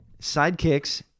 sidekicks